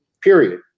Period